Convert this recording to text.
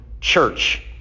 Church